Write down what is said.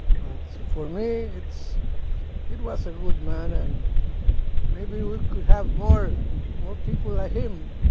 but for me, it's it was a good man. and maybe we could have more more people like him.